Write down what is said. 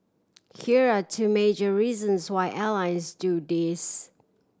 here are two major reasons why airlines do this